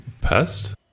pest